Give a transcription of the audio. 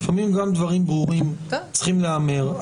לפעמים גם דברים ברורים צריכים להיאמר.